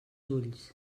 ulls